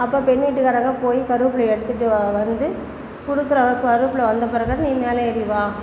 அப்போ பெண் வீட்டுக்காரங்க போய் கருவேப்பிலையை எடுத்துட்டு வந்து கொடுக்கறாங்க கருவேப்பிலை வந்த பிறகு நீ மேலே ஏறி வா